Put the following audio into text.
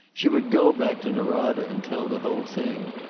she would go back to norada and tell the whole thing.